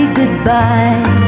goodbye